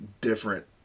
different